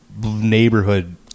neighborhood